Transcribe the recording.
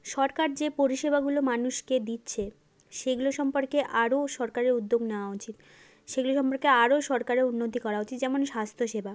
সরকার যে পরিষেবাগুলো মানুষকে দিচ্ছে সেগুলো সম্পর্কে আরও সরকারের উদ্যোগ নেওয়া উচিত সেগুলি সম্পর্কে আরও সরকারের উন্নতি করা উচিত যেমন স্বাস্থ্যসেবা